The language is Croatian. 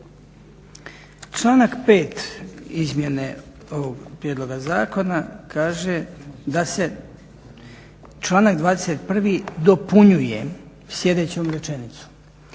Članak 5.izmjene ovog prijedloga zakona kaže da se članak 21.dopunjuje sljedećom rečenicom: